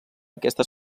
aquesta